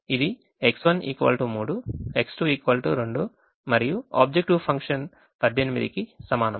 ఇది X1 3 X2 2 మరియు objective function 18 కి సమానం